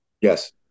Yes